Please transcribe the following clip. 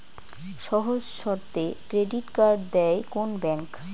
সহজ শর্তে credit card দেয় কোন ব্যাংক?